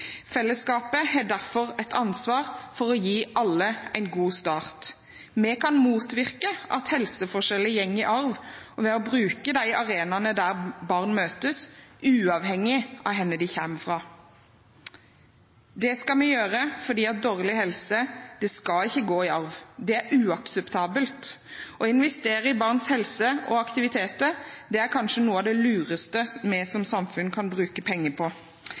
Fellesskapet har derfor et ansvar for å gi alle en god start. Vi kan motvirke at helseforskjeller går i arv ved å bruke de arenaene der barn møtes, uavhengig av hvor de kommer fra. Det skal vi gjøre, for dårlig helse skal ikke gå i arv. Det er uakseptabelt. Å investere i barns helse og aktiviteter er kanskje noe av det lureste vi som samfunn kan bruke penger på.